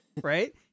right